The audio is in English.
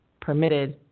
permitted